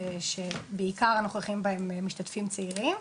שבעיקר הנוכחים בה הם משתתפים צעירים,